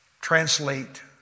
translate